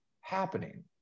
happening